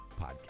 podcast